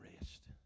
rest